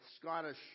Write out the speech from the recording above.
Scottish